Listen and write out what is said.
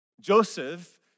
Joseph